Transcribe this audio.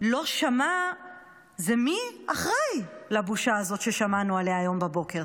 לא שמע הוא מי אחראי לבושה הזאת ששמענו עליה היום בבוקר.